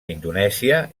indonèsia